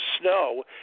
snow